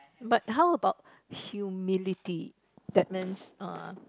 but how about humility that means uh